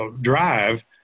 drive